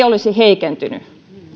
olisi heikentynyt